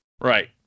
right